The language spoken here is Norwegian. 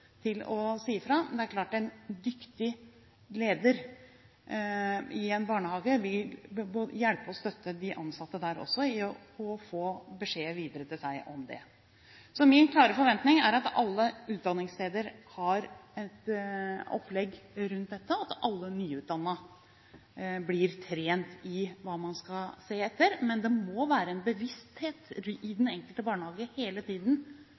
til å si fra, men det er klart en dyktig leder i en barnehage vil hjelpe og støtte de ansatte der gjennom å få beskjed videre til seg om det. Min klare forventning er at alle utdanningssteder har et opplegg rundt dette, og at alle nyutdannede blir trent i hva man skal se etter. Men det må være en bevissthet i den enkelte barnehage hele tiden